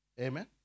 Amen